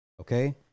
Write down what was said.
Okay